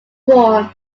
born